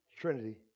Trinity